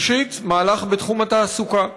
ראשית, מהלך בתחום התעסוקה.